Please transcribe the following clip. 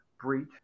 breach